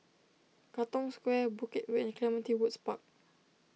Katong Square Bukit Way and Clementi Woods Park